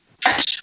fresh